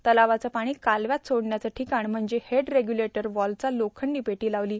तलावाचं पाणी कालव्यात सोडण्याचं ठिकाणं म्हणजेच हेड रेग्यूलेटर व्हॉल्वला लोखंडी पेटी लावलो